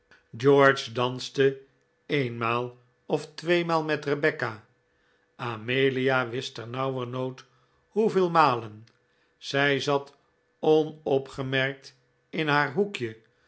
george danste eenmaal of tweemaal met rebecca amelia wist ternauwernood hoeveel malen zij zat onopgemerkt in haar hoekje